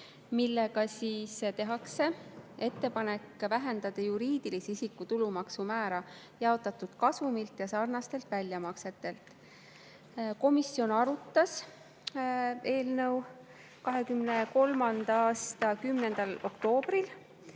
millega tehakse ettepanek vähendada juriidilise isiku tulumaksu määra jaotatud kasumilt ja sarnastelt väljamaksetelt. Komisjon arutas eelnõu 2023. aasta 10. oktoobril